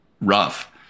rough